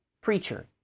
preacher